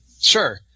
Sure